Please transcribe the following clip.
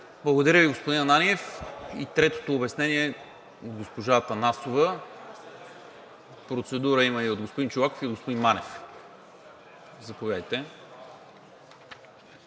Благодаря, господин Ананиев. И третото обяснение е от госпожа Атанасова. Процедура има от господин Чолаков и от господин Манев. Заповядайте.